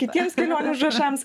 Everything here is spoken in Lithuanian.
kitiems kelionių užrašams